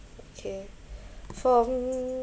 okay for